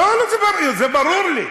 לא לא, זה ברור לי.